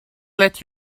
let